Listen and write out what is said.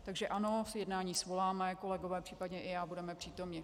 Takže ano, jednání svoláme, kolegové, případně i já budeme přítomni.